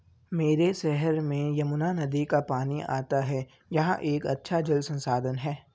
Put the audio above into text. मेरे शहर में यमुना नदी का पानी आता है यह एक अच्छा जल संसाधन है